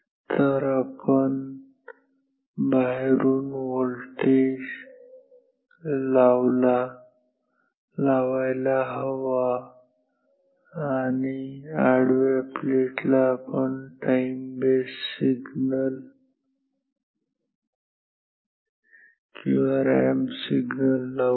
इथे आपण बाहेरून व्होल्टेज लाyला हवा आणि आडव्या प्लेट ला आपण टाईम बेस सिग्नल किंवा रॅम्प सिग्नल लावू